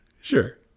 Sure